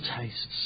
tastes